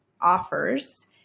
Offers